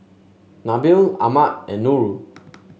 Nabil Ahmad and Nurul